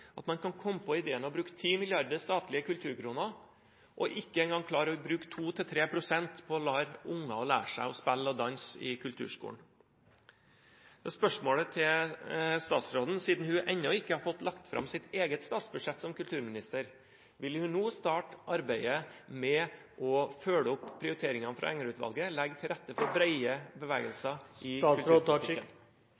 at man kan komme på ideen å bruke 10 milliarder statlige kulturkroner – og ikke engang klarer å bruke 2–3 pst. på å la unger lære seg å spille og danse i kulturskolen. Spørsmålet til statsråden er: Siden hun ennå ikke har fått lagt fram sitt eget statsbudsjett som kulturminister, vil hun nå starte arbeidet med å følge opp prioriteringene fra Enger-utvalget – legge til rette for